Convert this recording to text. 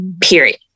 period